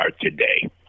today